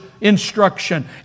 instruction